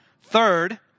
Third